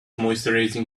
moisturising